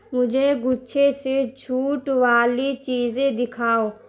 مجھے گچھے سے چھوٹ والی چیزیں دکھاؤ